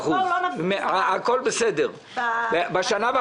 אבל בואו לא נפריז באפקטיביות של התפקוד